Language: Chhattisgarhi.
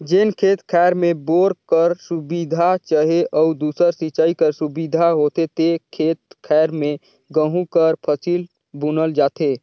जेन खेत खाएर में बोर कर सुबिधा चहे अउ दूसर सिंचई कर सुबिधा होथे ते खेत खाएर में गहूँ कर फसिल बुनल जाथे